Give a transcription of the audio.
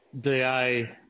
da